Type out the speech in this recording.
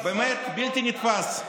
באמת בלתי נתפס.